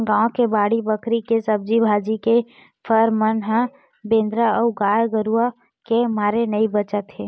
गाँव के बाड़ी बखरी के सब्जी भाजी, के फर मन ह बेंदरा अउ गाये गरूय के मारे नइ बाचत हे